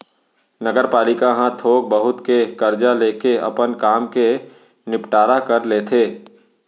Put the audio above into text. नगरपालिका ह थोक बहुत के करजा लेके अपन काम के निंपटारा कर लेथे